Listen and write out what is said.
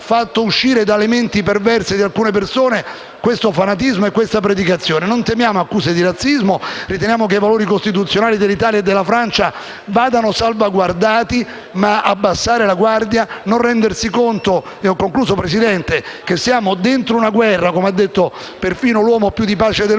scaturissero dalle menti perverse di alcune di loro questo fanatismo e questa predicazione. Non temiamo accuse di razzismo e riteniamo che i valori costituzionali dell'Italia e della Francia vadano salvaguardati, ma abbassare la guardia e non rendersi conto che siamo dentro una guerra - come, lo ripeto, ha detto persino l'uomo più di pace del